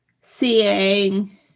seeing